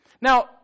now